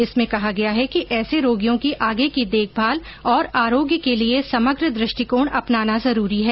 इसमें कहा गया है कि ऐसे रोगियों की आगे की देखभाल और आरोग्य के लिए समग्र दृष्टिकोण अपनाना जरूरी है